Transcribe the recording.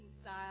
style